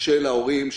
של ההורים,